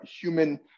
human